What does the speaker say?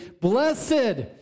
Blessed